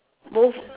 most